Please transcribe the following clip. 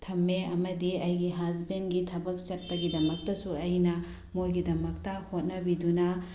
ꯊꯝꯃꯦ ꯑꯃꯗꯤ ꯑꯩꯒꯤ ꯍꯁꯕꯦꯟꯒꯤ ꯊꯕꯛ ꯆꯠꯄꯒꯤꯗꯃꯛꯇꯁꯨ ꯑꯩꯅ ꯃꯣꯏꯒꯤꯗꯃꯛꯇ ꯍꯣꯠꯅꯕꯤꯗꯨꯅ